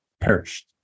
perished